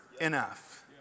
enough